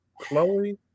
Chloe